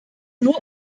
nur